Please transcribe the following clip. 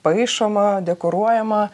paišoma dekoruojama